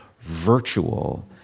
virtual